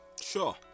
sure